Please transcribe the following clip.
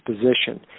position